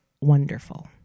wonderful